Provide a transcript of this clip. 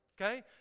Okay